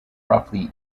roughly